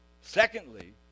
secondly